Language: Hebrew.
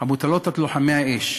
המוטלות על לוחמי האש,